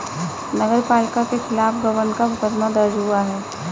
नगर पालिका के खिलाफ गबन का मुकदमा दर्ज हुआ है